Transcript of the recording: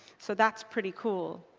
so that's pretty cool.